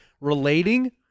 relating